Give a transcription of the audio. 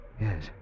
Yes